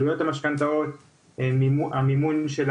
עלויות המשכנתאות ועל המימון של